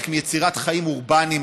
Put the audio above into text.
חלק מיצירת חיים אורבניים,